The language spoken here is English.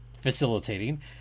facilitating